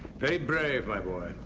very brave, my boy,